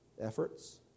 efforts